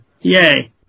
yay